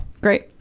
great